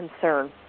concern